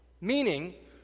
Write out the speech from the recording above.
Meaning